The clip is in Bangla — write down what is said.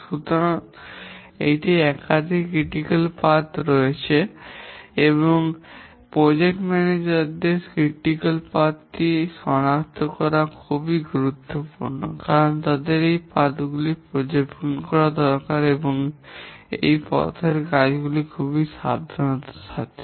সুতরাং এটি সম্ভব যে একাধিক সমালোচনামূলক পথ রয়েছে এবং প্রকল্প ম্যানেজারs দের থেকে সমালোচনামূলক পথটি সনাক্ত করা খুব গুরুত্বপূর্ণ কারণ তাকে এই পাথগুলি পর্যবেক্ষণ করা দরকার এই পথের কাজগুলি খুব সাবধানতার সাথে